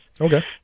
Okay